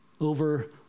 over